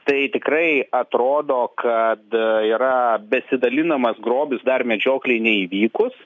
tai tikrai atrodo kad yra besidalinamas grobis dar medžioklei neįvykus